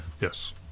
Yes